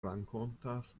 rakontas